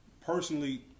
personally